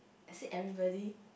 is it everybody